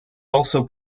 also